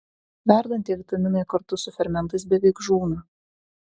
verdant tie vitaminai kartu su fermentais beveik žūna